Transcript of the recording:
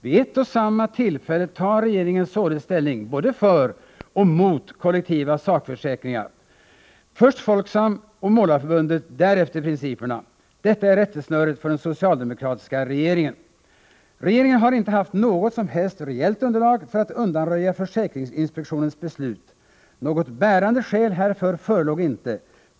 Vid ett och samma tillfälle tar regeringen således ställning både för och emot kollektiva sakförsäkringar. Först Folksam och Målareförbundet, därefter principerna — detta är rättesnöret för den socialdemokratiska regeringen! Regeringen har inte haft något som helst reellt underlag för att undanröja försäkringsinspektionens beslut. Något bärande skäl härför förelåg inte.